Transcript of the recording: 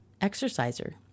exerciser